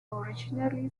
originally